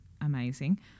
amazing